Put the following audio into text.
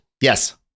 Yes